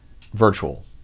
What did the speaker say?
virtual